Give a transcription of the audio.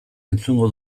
entzungo